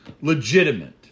legitimate